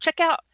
checkout